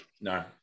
No